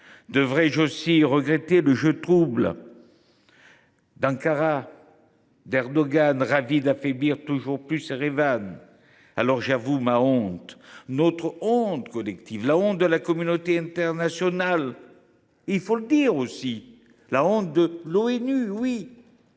Devrai je aussi regretter le jeu trouble d’Ankara, d’Erdogan, ravi d’affaiblir toujours plus Erevan ? Aussi, j’avoue ma honte, notre honte collective, la honte de la communauté internationale et – il faut le dire aussi – celle de l’ONU. Honte